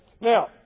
Now